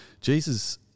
Jesus